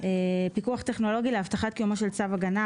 פיקוח טכנולוגי להבטחת קיומו של צו הגנה,